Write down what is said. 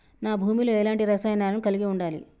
నా భూమి లో ఎలాంటి రసాయనాలను కలిగి ఉండాలి?